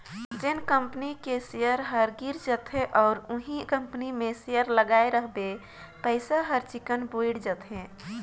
जेन कंपनी के सेयर ह गिर जाथे अउ उहीं कंपनी मे सेयर लगाय रहिबे पइसा हर चिक्कन बुइड़ जाथे